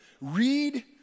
read